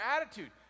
attitude